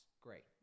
great